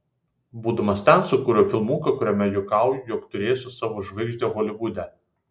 būdamas ten sukūriau filmuką kuriame juokauju jog turėsiu savo žvaigždę holivude